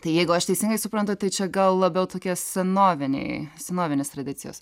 tai jeigu aš teisingai suprantu tai čia gal labiau tokie senoviniai senovinės tradicijos